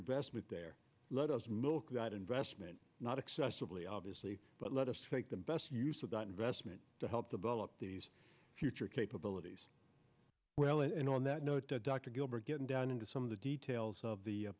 investment there let us milk that investment not excessively obviously but let us take the best use of that investment to help develop these future capabilities well and on that note dr gilbert getting down into some of the details of the